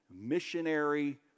missionary